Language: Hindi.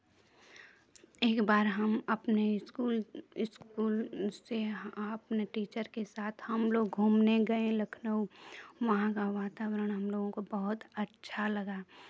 एक बार हम अपने स्कूल स्कूल से अपने टीचर के साथ हम लोग घूमने गए लखनऊ वहाँ का वातावरण हम लोगों को बहुत अच्छा लगा